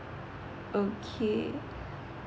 okay